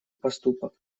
поступок